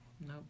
Nope